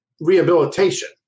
rehabilitation